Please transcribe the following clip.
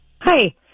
Hi